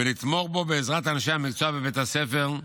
ולתמוך בו בעזרת אנשי המקצוע בבית הספר,